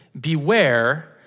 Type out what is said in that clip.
beware